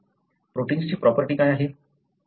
प्रोटिन्सची property काय आहे